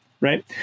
right